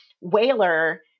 whaler